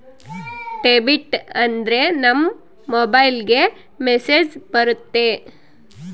debit ಆದ್ರೆ ನಮ್ ಮೊಬೈಲ್ಗೆ ಮೆಸ್ಸೇಜ್ ಬರುತ್ತೆ